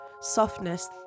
softness